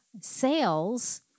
sales